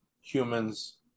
humans